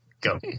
Go